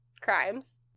crimes